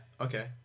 okay